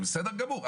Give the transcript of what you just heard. זה בסדר גמור,